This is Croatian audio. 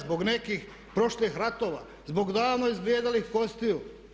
Zbog nekih prošlih ratova, zbog davno izblijedjelih kostiju.